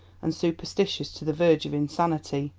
and superstitious to the verge of insanity.